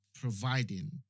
providing